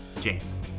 James